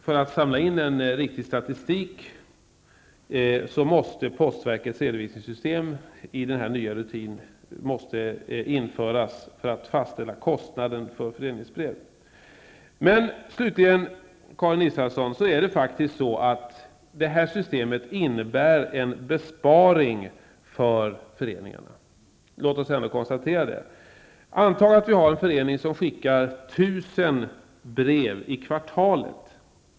För att samla in en riktig statistik och fastställa kostnaden för föreningsbrev måste postverkets redovisningssystem i denna nya rutin införas. Slutligen vill jag säga till Karin Israelsson att detta system innebär en besparing för föreningarna. Låt oss konstatera det. Antag att en förening skickar 1 000 brev i kvartalet.